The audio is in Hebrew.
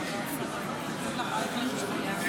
(קוראת בשמות חברי הכנסת)